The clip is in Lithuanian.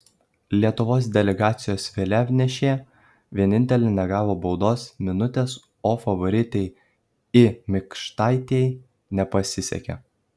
lietuvos delegacijos vėliavnešė vienintelė negavo baudos minutės o favoritei i mikštaitei nepasisekė